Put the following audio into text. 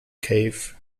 cave